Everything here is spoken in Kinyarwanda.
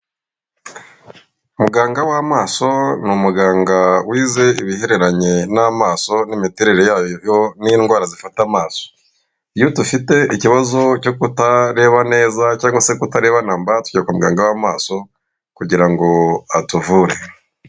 Muganga w'amaso ni umuganga wize ibihereranye n'amaso, n'imiterere yayo n'indwara zifata amaso. Iyo dufite ikibazo cyo kutareba neza cyangwa se kutarebana namba tujya ku muganga w'amaso kugirango atuvure.